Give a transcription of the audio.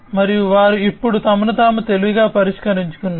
మరియు వారు ఇప్పుడు తమను తాము తెలివిగా పరిష్కరించుకున్నారు